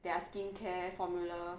their skincare formula